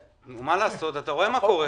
נו, מה לעשות, אתה רואה מה קורה.